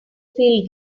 feel